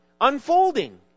unfolding